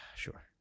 sure